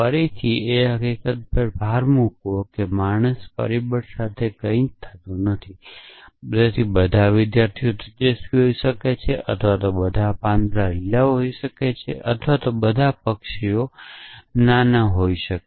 ફરીથી આપણે એ હકીકત પર ભાર મૂકવો છે કે તે માણસ છે કે મોર્ટલ છે તેની પર આધારિત નથી તે બધા વિદ્યાર્થીઓ તેજસ્વી હોઈ શકે છે અથવા બધા પાંદડા લીલા હોય છે અથવા બધા પક્ષીઓ નાના હોય છે વગેરે જેવુ કંઈપણ હોય શકે